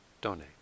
donate